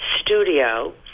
studio